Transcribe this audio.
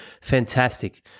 fantastic